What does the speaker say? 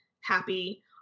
happy